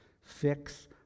Fix